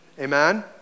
Amen